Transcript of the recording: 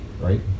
right